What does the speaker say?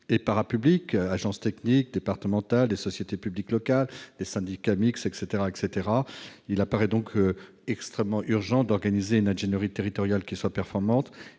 et parapublique : les agences techniques départementales, les sociétés publiques locales, les syndicats mixtes, etc. Il paraît donc extrêmement urgent d'organiser une ingénierie territoriale performante,